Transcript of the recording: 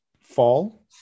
fall